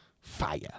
Fire